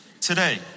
today